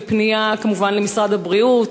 ופנייה כמובן למשרד הבריאות,